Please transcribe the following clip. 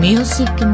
Music